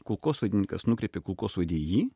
kulkosvaidininkas nukreipė kulkosvaidį į jį